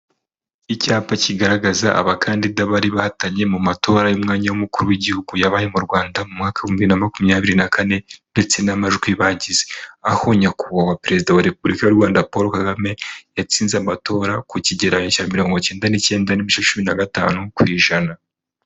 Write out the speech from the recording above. Icyapa kigaragaza abakandida bari bahatanye mu matora y'umwanya w'umukuru w'igihugu yabaye mu Rwanda, mu mwaka w'ibihumbi bibiri na makumyabiri na kane, ndetse n'amajwi bagize. Aho nyakubahwa Perezida wa Repubulika y'u Rwanda Paul KAGAME yatsinze amatora ku kigereyo cya mirongo cyenda n'icyenda n'ibice cumi na gatanu ku ijana.